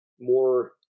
more